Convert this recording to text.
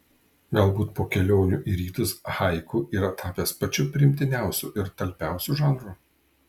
galbūt po kelionių į rytus haiku yra tapęs pačiu priimtiniausiu ir talpiausiu žanru